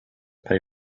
pay